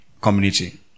community